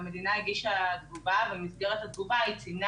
והמדינה הגישה תגובה במסגרתה היא ציינה